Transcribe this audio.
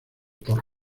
por